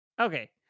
okay